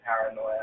paranoia